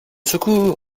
secours